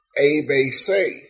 ABC